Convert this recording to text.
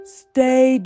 stay